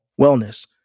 wellness